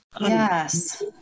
Yes